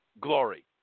Glory